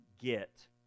get